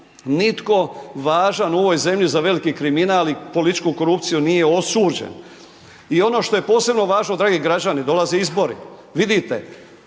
Nitko važan u ovoj zemlji za veliki kriminal i političku korupciju nije osuđen. I ono što je posebno važno, dragi građani, dolaze izbori. Vidite,